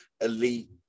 Elite